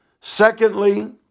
Secondly